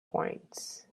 points